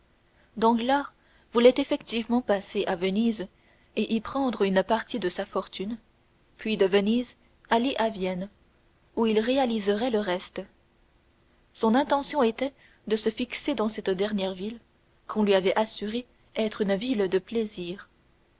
danglars voulait effectivement passer à venise et y prendre une partie de sa fortune puis de venise aller à vienne où il réaliserait le reste son intention était de se fixer dans cette dernière ville qu'on lui avait assuré être une ville de plaisirs